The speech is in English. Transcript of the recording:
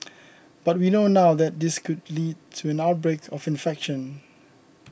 but we now know this could lead to an outbreak of infection